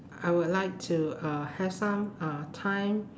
I would like to uh have some uh time